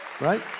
Right